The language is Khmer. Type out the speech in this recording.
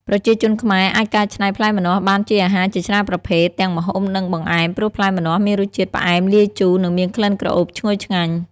ប្រជាជនខ្មែរអាចកែច្នៃផ្លែម្នាស់បានជាអាហារជាច្រើនប្រភេទ ទាំងម្ហូប និងបង្អែម ព្រោះផ្លែម្នាស់មានរសជាតិផ្អែមលាយជូរ និងមានក្លិនក្រអូបឈ្ងុយឆ្ងាញ់។